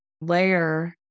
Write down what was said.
layer